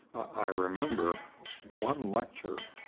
i remember one lecture,